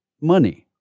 money